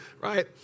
right